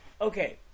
okay